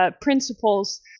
principles